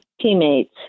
teammates